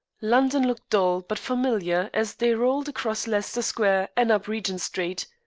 london looked dull but familiar as they rolled across leicester square and up regent street.